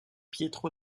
pietro